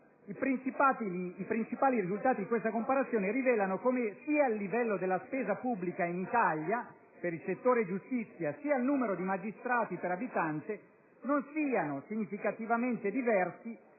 «i principali risultati di questa comparazione rivelano come sia il livello della spesa pubblica in Italia» - per il settore giustizia - «sia il numero di magistrati per abitante non siano significativamente diversi